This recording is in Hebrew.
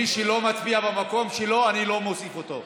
מי שלא מצביע במקום שלו, אני לא מוסיף אותו.